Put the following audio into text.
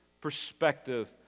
perspective